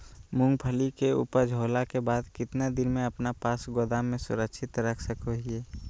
मूंगफली के ऊपज होला के बाद कितना दिन अपना पास गोदाम में सुरक्षित रख सको हीयय?